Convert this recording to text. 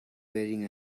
wearing